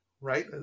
right